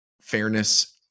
fairness